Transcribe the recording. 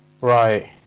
right